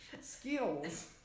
skills